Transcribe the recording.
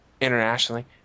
internationally